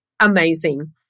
amazing